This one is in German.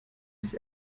sich